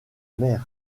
mer